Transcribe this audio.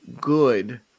good